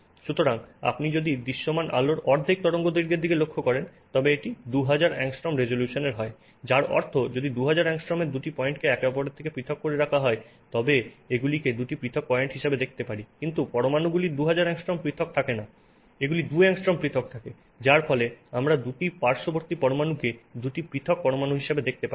সুতরাং আপনি যদি দৃশ্যমান আলোর অর্ধেক তরঙ্গ দৈর্ঘ্যের দিকে লক্ষ্য করেন তবে এটি 2000 অ্যাংস্ট্রোম রেজোলিউশনের হয় যার অর্থ হল যদি 2000 অ্যাংস্ট্রোমের দুটি পয়েন্টকে একে অপরের থেকে পৃথক করে রাখা হয় তবে এগুলিকে দুটি পৃথক পয়েন্ট হিসাবে দেখতে পারি কিন্তু পরমাণুগুলি 2000 অ্যাংস্ট্রোম পৃথক থাকে না এগুলি 2 অ্যাংস্ট্রোম পৃথক থাকে যার ফলে আমরা 2 টি পার্শ্ববর্তী পরমাণুকে দুটি পৃথক পরমাণু হিসাবে দেখতে পাইনা